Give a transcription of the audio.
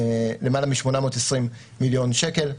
למעלה מ-820 מיליון שקל,